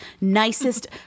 nicest